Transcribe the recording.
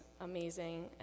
amazing